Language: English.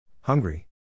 Hungry